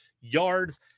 yards